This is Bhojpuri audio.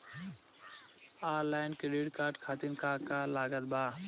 आनलाइन क्रेडिट कार्ड खातिर का का लागत बा?